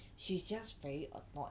she's just very annoyed